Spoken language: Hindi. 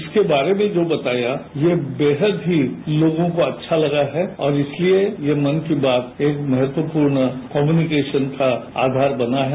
इसके बारे में जो बताया यह वेहद ही लोगों को अच्छा लगा है और इसलिए ये मन की बात एक बहुत महत्वपूर्ण कम्युनिकेशन का आधार बना है